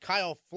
Kyle